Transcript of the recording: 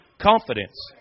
confidence